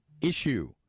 issue